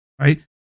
right